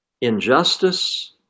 injustice